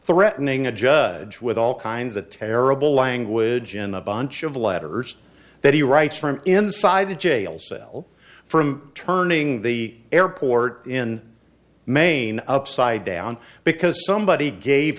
threatening a judge with all kinds of terrible language in the bunch of letters that he writes from inside the jail cell from turning the airport in maine upside down because somebody gave